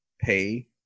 pay